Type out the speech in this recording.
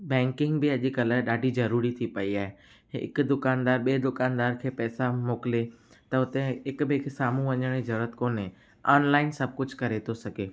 banking बि अॼुकल्ह ॾाढी ज़रूरी थी पई आहे हिकु दुकानदारु ॿिए दुकानदार खे पैसा मोकिले त हुते हिकु ॿिए खे साम्हूं वञण जी ज़रूरत कोन्हे ऑनलाइन सभु कुझु करे थो सघे